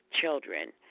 children